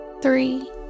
three